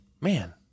Man